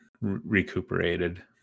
recuperated